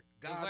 God